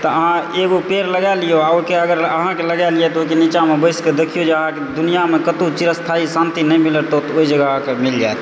तऽ अहाँ एगो पेड़ लगाए लियौ आ ओहिके अगर अहाँकेँ लगायल तऽ ओहिके नीचाँमे बैसिके देखियौ जे अहाँकेँ दुनियामे कतहुँ स्थायी शान्ति नहि मिलत तऽओहि जगह अहाँकेँ मिल जाएत